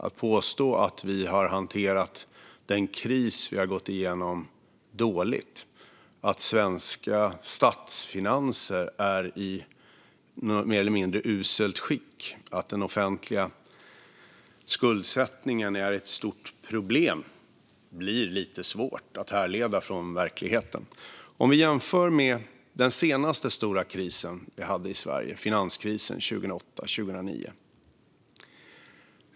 Att den kris vi har gått igenom har hanterats dåligt, att svenska statsfinanser är i mer eller mindre uselt skick och att den offentliga skuldsättningen är ett stort problem blir lite svårt att härleda från verkligheten. Man kan jämföra med den senaste stora kris vi hade i Sverige, alltså finanskrisen 2008-2009.